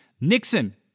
Nixon